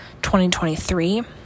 2023